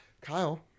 Kyle